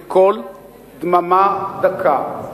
בקול דממה דקה.